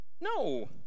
No